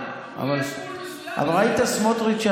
סמוטריץ',